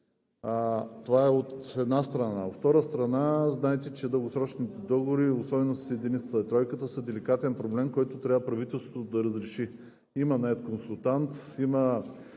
Това е от една страна. От втора страна, знаете, че дългосрочните договори – особено с Единицата и Тройката, са деликатен проблем, който трябва правителството да разреши. Имаме консултант, има